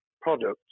products